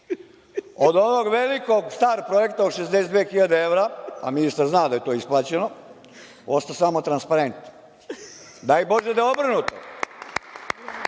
onog velikog … projekta od 62.000 evra, a ministar zna da je to isplaćeno, ostao je samo transparent. Daj Bože da je obrnuto,